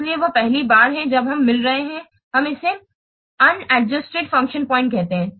इसलिए यह पहली बार है जब हम मिल रहे हैं हम इसे अनादजूस्टेड फंक्शन पॉइंट कहते हैं